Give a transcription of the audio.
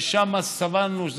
ששם סבלנו,